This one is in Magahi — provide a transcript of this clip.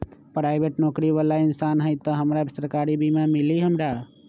पराईबेट नौकरी बाला इंसान हई त हमरा सरकारी बीमा मिली हमरा?